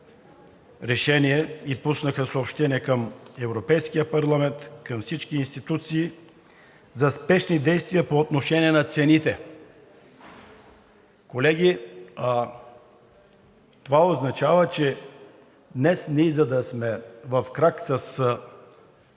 решение и пуснаха съобщение към Европейския парламент, към всички институции, за спешни действия по отношение на цените. Колеги, това означава, че днес ние, за да сме в крак с